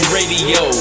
Radio